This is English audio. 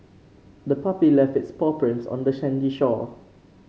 the puppy left its paw prints on the sandy shore